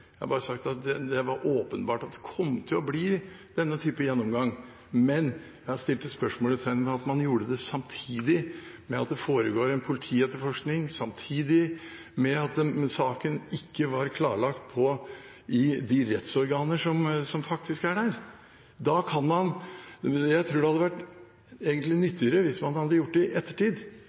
Jeg har bare sagt at det var åpenbart at det kom til å bli denne type gjennomgang, men jeg stilte spørsmål ved at man gjorde det samtidig med at det foregår en politietterforskning, samtidig med at saken ikke var klarlagt i de rettsorganer som faktisk er der. Jeg tror det egentlig hadde vært nyttigere hvis man hadde gjort det i ettertid,